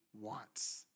wants